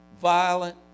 violent